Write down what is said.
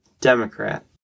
Democrat